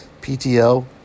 PTO